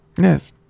Yes